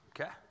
Okay